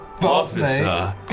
Officer